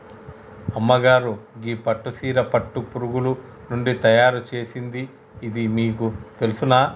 అమ్మగారు గీ పట్టు సీర పట్టు పురుగులు నుండి తయారు సేసింది ఇది మీకు తెలుసునా